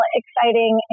exciting